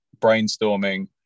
brainstorming